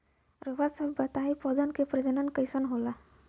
रउआ सभ बताई पौधन क प्रजनन कईसे होला?